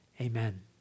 amen